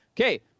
okay